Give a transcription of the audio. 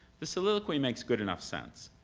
the soliloquy makes good enough sense.